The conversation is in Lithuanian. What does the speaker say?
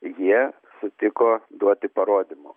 jie sutiko duoti parodymų